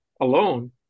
alone